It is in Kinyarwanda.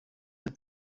ati